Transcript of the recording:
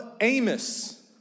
Amos